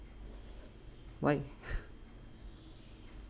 why